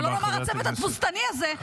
שלא לומר הצוות התבוסתני הזה,